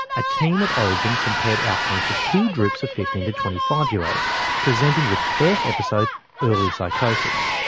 a team at orygen compared outcomes for two groups of fifteen to twenty five year olds presenting with first-episode early psychosis.